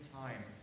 time